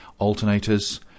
alternators